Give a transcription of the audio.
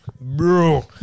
Bro